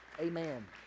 Amen